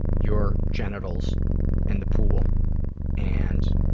your genitals in the pool and,